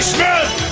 Smith